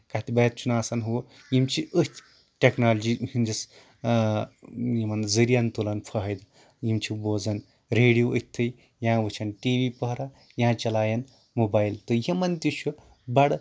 کَتھہِ باتھہِ چھُنہٕ آسان ہُہ یِم چھِ أتھۍ ٹیٚکنالجی ہِنٛدِس یِمن ذٔریعن تُلان فٲیدٕ یِم چھِ بوزان ریڈیو أتھٕے یا وُچھن ٹی وی پَہرا یا چلاین موبایِل تہٕ یِمن تہِ چھُ بَڑٕ